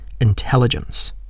intelligence